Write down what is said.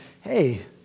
hey